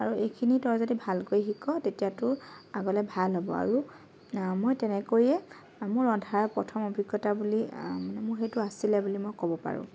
আৰু এইখিনি তই যদি ভালকৈ শিক তেতিয়া তোৰ আগলৈ ভাল হ'ব আৰু মই তেনেকৈয়ে মোৰ ৰন্ধাৰ প্ৰথম অভিজ্ঞতা বুলি মোৰ সেইটো আছিলে বুলি মই ক'ব পাৰোঁ